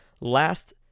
last